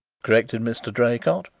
corrected mr. draycott.